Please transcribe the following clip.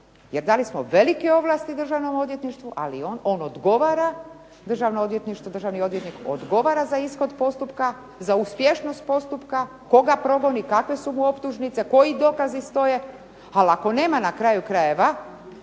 Jer dali smo velike ovlasti Državnom odvjetništvu ali i on odgovara Državnom odvjetništvu državni odvjetnik, odgovara za ishod postupka, za uspješnost postupka, tko ga progoni, kakve su mu optužnice, koji dokazi stoje. Ali ako nema na kraju krajeve